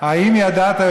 האם ידעת,